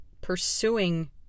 pursuing